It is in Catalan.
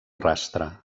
rastre